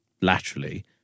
laterally